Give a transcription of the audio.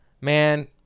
Man